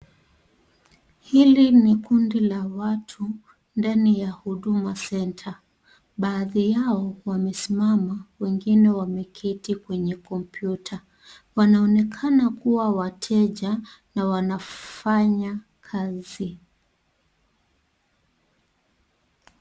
Hili ni kundi la watu ndani ya Huduma Centre, baadhi yao wamesimama wengine wameketi kwenye kompyuta, wanaonekana kuwa wateja na wanafanya kazi.